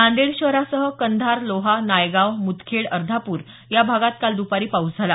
नांदेड शहरासह कंधार लोहा नायगाव मुदखेड अर्धापूर या भागात काल द्रपारी पाऊद झाला